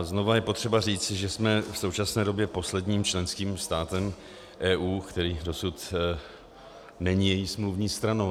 Znovu je potřeba říci, že jsme v současné době posledním členským státem EU, který dosud není její smluvní stranou.